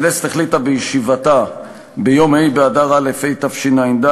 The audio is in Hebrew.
הכנסת החליטה בישיבתה ביום ה' באדר א' התשע"ד,